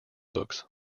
books